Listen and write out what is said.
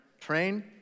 Train